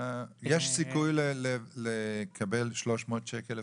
יש סיכוי לקבל 300 שקל לפחות?